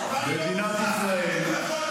אני לא מופתע.